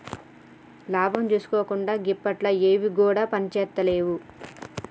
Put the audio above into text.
లాభం జూసుకోకుండ గిప్పట్ల ఎవ్విగుడ పనిజేత్తలేవు